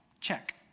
Check